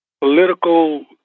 political